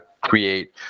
create